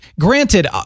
Granted